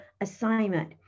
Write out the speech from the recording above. assignment